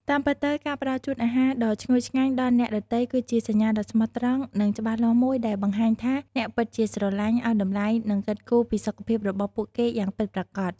តាមពិតទៅ ការផ្តល់ជូនអាហារដ៏ឈ្ងុយឆ្ងាញ់ដល់អ្នកដទៃគឺជាសញ្ញាដ៏ស្មោះត្រង់និងច្បាស់លាស់មួយដែលបង្ហាញថាអ្នកពិតជាស្រឡាញ់ ឲ្យតម្លៃ និងគិតគូរពីសុខភាពរបស់ពួកគេយ៉ាងពិតប្រាកដ។